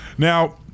Now